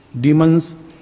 demons